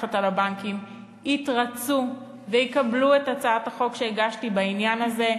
והמפקחת על הבנקים יתרצו ויקבלו את הצעת החוק שהגשתי בעניין הזה.